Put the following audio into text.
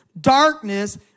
darkness